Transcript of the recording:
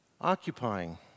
Occupying